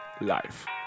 Life